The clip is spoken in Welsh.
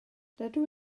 dydw